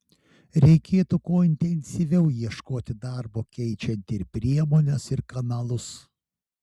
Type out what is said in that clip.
reikėtų kuo intensyviau ieškoti darbo keičiant ir priemones ir kanalus